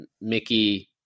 Mickey